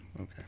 okay